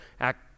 act